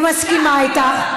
אני מסכימה איתך.